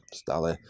stále